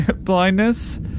blindness